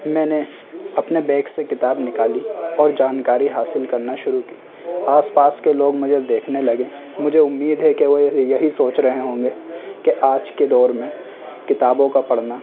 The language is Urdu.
میں نے اپنے بیگ سے کتاب نکالی اور جانکاری حاصل کرنا شروع کی آس پاس کے لوگ مجھے دیکھنے لگے مجھے امید ہے کہ وہ یہی یہی سوچ رہے ہوں گے کہ آج کے دور میں کتابوں کا پڑھنا